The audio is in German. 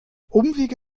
umwege